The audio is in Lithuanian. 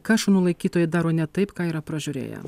ką šunų laikytojai daro ne taip ką yra pražiūrėję